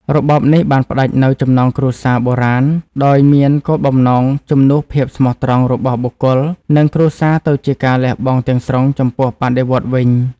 របបនេះបានផ្តាច់នូវចំណងគ្រួសារបុរាណដោយមានគោលបំណងជំនួសភាពស្មោះត្រង់របស់បុគ្គល និងគ្រួសារទៅជាការលះបង់ទាំងស្រុងចំពោះបដិវត្តន៍វិញ។